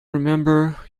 remember